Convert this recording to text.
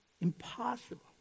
impossible